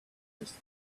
crystal